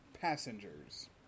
passengers